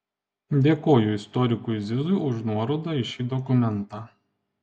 dėkoju istorikui zizui už nuorodą į šį dokumentą